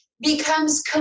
becomes